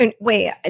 Wait